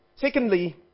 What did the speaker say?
Secondly